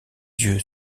dieu